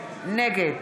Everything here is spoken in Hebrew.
נגד